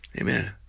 Amen